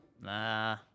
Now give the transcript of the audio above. nah